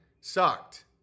sucked